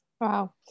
wow